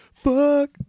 Fuck